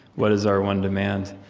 what is our one demand?